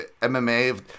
MMA